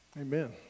Amen